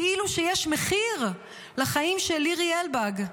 כאילו שיש מחיר לחיים של לירי אלבג,